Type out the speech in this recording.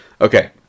Okay